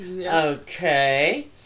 Okay